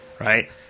Right